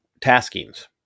taskings